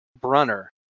Brunner